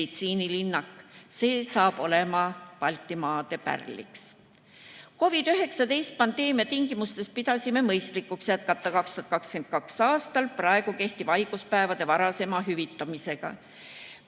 See saab olema Baltimaade pärl. COVID-19 pandeemia tingimustes pidasime mõistlikuks jätkata 2022. aastal praegu kehtiva haiguspäevade varasema hüvitamisega.